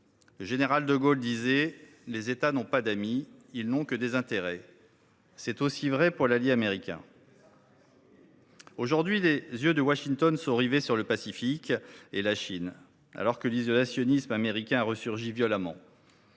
Le général de Gaulle disait :« Les États n’ont pas d’amis, ils n’ont que des intérêts. » C’est aussi vrai pour l’allié américain. Aujourd’hui, les yeux de Washington sont rivés sur le Pacifique et la Chine, alors que l’isolationnisme américain ressurgit violemment.